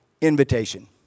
invitation